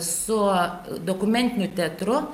su dokumentiniu teatru